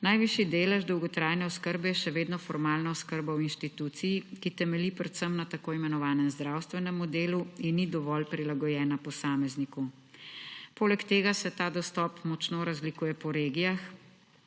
Najvišji delež dolgotrajne oskrbe je še vedno formalna oskrba v instituciji, ki temelji predvsem na tako imenovanem zdravstvenemu delu in ni dovolj prilagojena posamezniku. Poleg tega se ta dostop močno razlikuje po regijah,